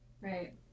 Right